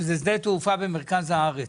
שזה שדה התעופה במרכז הארץ.